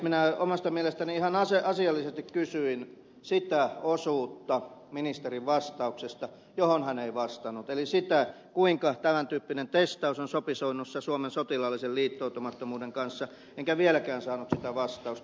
minä omasta mielestäni ihan asiallisesti kysyin sitä osuutta ministerin vastauksesta johon hän ei vastannut eli sitä kuinka tämän tyyppinen testaus on sopusoinnussa suomen sotilaallisen liittoutumattomuuden kanssa enkä vieläkään saanut sitä vastausta